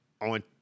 on